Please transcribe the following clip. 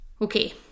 Okay